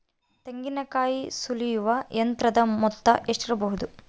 ತೆಂಗಿನಕಾಯಿ ಸುಲಿಯುವ ಯಂತ್ರದ ಮೊತ್ತ ಎಷ್ಟಿರಬಹುದು?